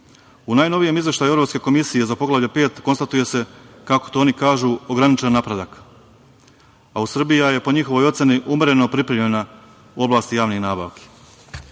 najnovijem Izveštaju Evropske komisije za Poglavlje 5. konstatuje se, kako to oni kažu, ograničen napredak. Srbija je, po njihovoj oceni, umereno pripremljena u oblasti javnih nabavki. Zakonom